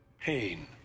pain